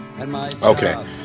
Okay